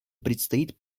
предстоит